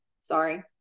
Sorry